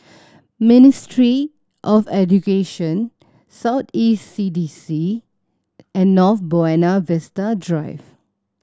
Ministry of Education South East C D C and North Buona Vista Drive